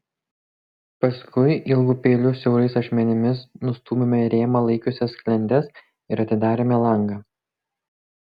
paskui ilgu peiliu siaurais ašmenimis nustūmėme rėmą laikiusias sklendes ir atidarėme langą